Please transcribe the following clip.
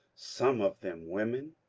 some of them women,